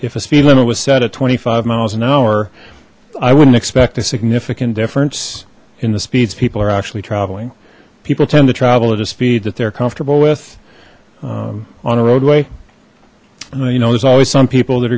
a speed limit was set at twenty five miles an hour i wouldn't expect a significant difference in the speeds people are actually traveling people tend to travel at a speed that they're comfortable with on a roadway you know there's always some people that